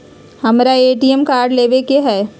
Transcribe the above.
हमारा ATM card लेव के हई